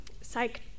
psych